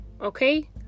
okay